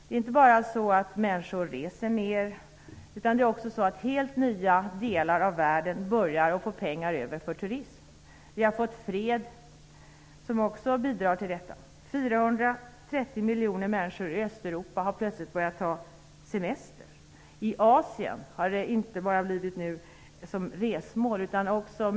Det är inte bara så att människor reser mer, utan helt nya delar av världen börjar att få pengar över för turism. Vi har fått fred som också bidrar till detta. 430 miljoner människor i Östeuropa har plötsligt börjat ta semester. Asien är inte längre bara ett resmål.